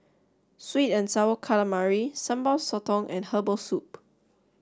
Sweet and Sour Calamari Sambal Sotong and Herbal Soup